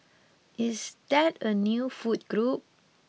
is that a new food group